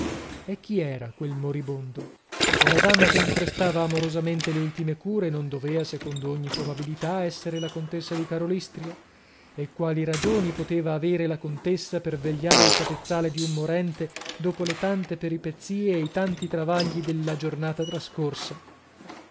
e chi era quel moribondo e la dama che gli prestava amorosamente le ultime cure non dovea secondo ogni probabilità essere la contessa di karolystria e quali ragioni poteva avere la contessa per vegliare al capezzale di un morente dopo le tante peripezie e i tanti travagli della giornata trascorsa